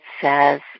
says